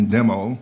Demo